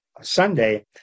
Sunday